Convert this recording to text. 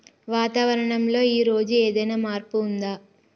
వాతావరణం లో ఈ రోజు ఏదైనా మార్పు ఉందా?